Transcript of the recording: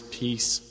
peace